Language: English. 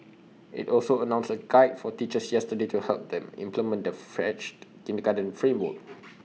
IT also announced A guide for teachers yesterday to help them implement the refreshed kindergarten framework